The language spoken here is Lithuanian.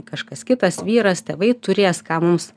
kažkas kitas vyras tėvai turės ką mums